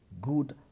good